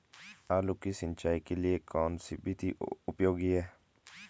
आलू की सिंचाई के लिए कौन सी विधि उपयोगी है?